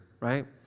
right